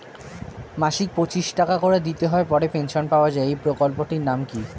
মাসিক পঁচিশ টাকা করে দিতে হয় পরে পেনশন পাওয়া যায় এই প্রকল্পে টির নাম কি?